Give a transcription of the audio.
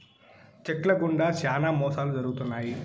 check ల గుండా శ్యానా మోసాలు జరుగుతున్నాయి